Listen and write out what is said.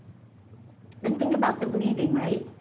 then think about the bleeding, right?